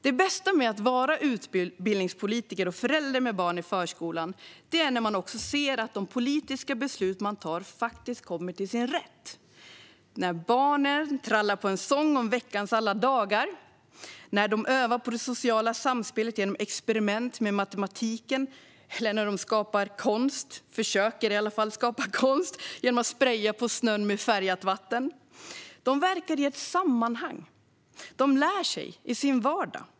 Det bästa med att vara utbildningspolitiker och förälder med barn i förskolan är när man ser att de politiska beslut man tar faktiskt kommer till sin rätt - när barnen trallar på en sång om veckans alla dagar, när de övar på det sociala samspelet genom experiment med matematiken eller skapar konst, eller i alla fall försöker skapa konst, genom att spraya på snön med färgat vatten. De verkar i ett sammanhang. De lär sig i sin vardag.